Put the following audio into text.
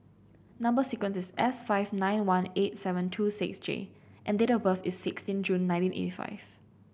number sequence is S five nine one eight seven two six J and date of birth is sixteen June nineteen eighty five